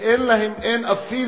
שאין להם אפילו